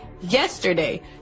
yesterday